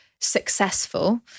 successful